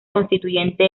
constituyente